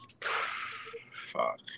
Fuck